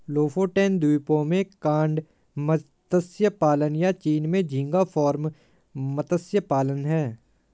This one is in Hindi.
लोफोटेन द्वीपों से कॉड मत्स्य पालन, या चीन में झींगा फार्म मत्स्य पालन हैं